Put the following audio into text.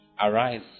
Arise